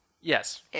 Yes